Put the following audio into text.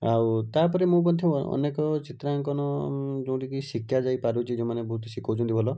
ଅଉ ତା'ପରେ ମୁଁ ବୋଧେ ଅନେକ ଚିତ୍ରାଙ୍କନ ଯେଉଁଠିକି ଶିଖା ଯାଇପାରୁଛି ଯୋଉମାନେ ବହୁତ ଶିଖଉଛନ୍ତି ଭଲ